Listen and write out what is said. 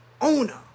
owner